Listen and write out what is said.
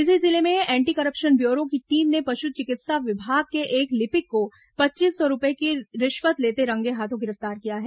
इसी जिले में एंटी करप्शन ब्यूरो की टीम ने पशु चिकित्सा विभाग के एक लिपिक को पच्चीस सौ रूपये की रिश्वत लेते रंगेहाथों गिरफ्तार किया है